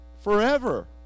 forever